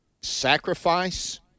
sacrifice